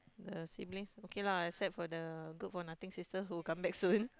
the siblings okay lah except for the good for nothing sister who come back soon